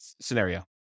scenario